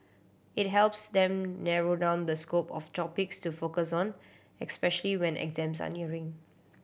it helps them narrow down the scope of topics to focus on especially when exams are nearing